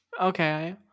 okay